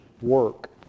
work